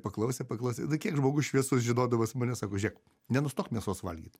paklausė paklausė kiek žmogus šviesus žinodamas mane sako žiūrėk nenustok mėsos valgyt